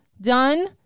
done